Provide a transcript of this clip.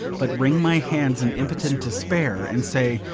but wring my hands in impotent despair, and say,